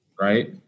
right